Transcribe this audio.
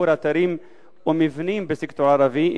לשיפור אתרים או מבנים בסקטור הערבי?